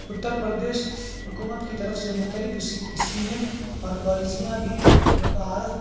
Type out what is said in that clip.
اتر پردیش حکومت کی طرف سے مختلف اسکیمیں اور پالیسیاں بھی متعارف